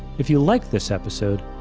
if you liked this episode,